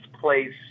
place